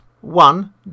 One